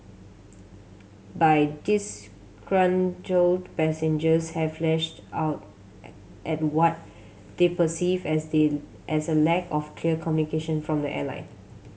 by disgruntled passengers have lashed out at what they perceived as the as a lack of clear communication from the airline